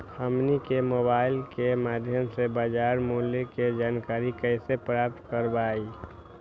हमनी के मोबाइल के माध्यम से बाजार मूल्य के जानकारी कैसे प्राप्त करवाई?